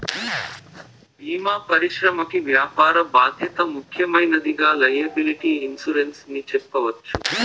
భీమా పరిశ్రమకి వ్యాపార బాధ్యత ముఖ్యమైనదిగా లైయబిలిటీ ఇన్సురెన్స్ ని చెప్పవచ్చు